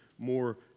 more